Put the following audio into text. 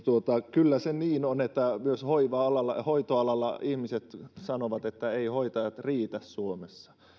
kyllä se niin on että myös hoitoalalla ihmiset sanovat että eivät hoitajat riitä suomessa